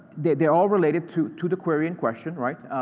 they're they're all related to to the query in question, right?